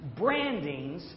brandings